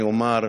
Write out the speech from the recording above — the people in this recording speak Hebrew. אני אומר: